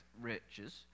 riches